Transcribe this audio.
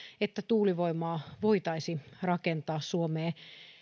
että tuulivoimaa voitaisiin rakentaa suomeen